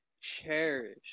cherish